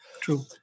True